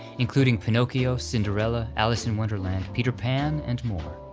including pinocchio, cinderella, alice in wonderland, peter pan, and more.